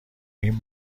این